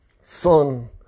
son